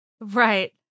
Right